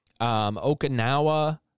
Okinawa